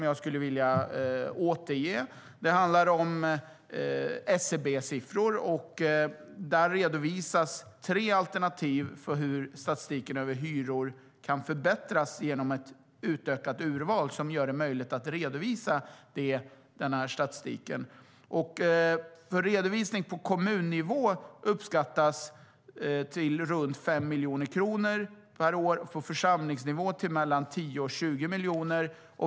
Jag skulle vilja återge några siffror från SCB. Där redovisas tre alternativ för hur statistiken över hyror kan förbättras genom ett utökat urval som gör det möjligt att redovisa den. Kostnaden för redovisning på kommunnivå uppskattas till runt 5 miljoner kronor per år. Kostnaden för redovisning på församlingsnivå uppskattas till mellan 10 och 20 miljoner.